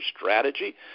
strategy